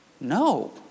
No